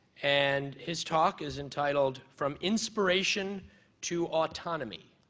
and his talk is entitled from inspiration to autonomy.